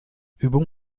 übung